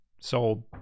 sold